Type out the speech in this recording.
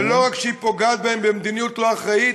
ולא רק שהיא פוגעת בהם במדיניות לא אחראית,